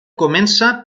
comença